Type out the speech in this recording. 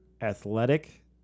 athletic